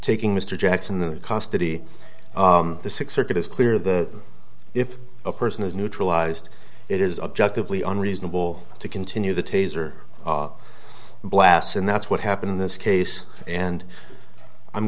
taking mr jackson the custody the six circuit is clear that if a person is neutralized it is objectively unreasonable to continue the taser blasts and that's what happened in this case and i'm